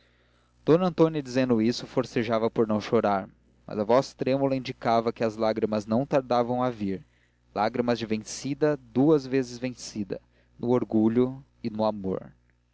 tudo d antônia dizendo isto forcejava por não chorar mas a voz trêmula indicava que as lágrimas não tardavam a vir lágrimas de vencida duas vezes vencida no orgulho e no amor